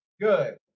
Good